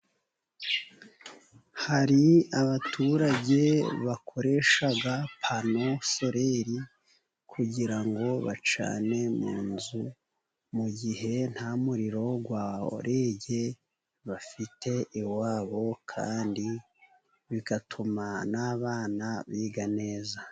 Hari abaturage bakoresha pano soleri kugira bacane mu nzu, mu gihe nta muriro wa REG bafite iwabo kandi bigatuma n'abana biga neza.